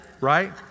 right